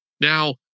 now